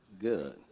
Good